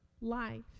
life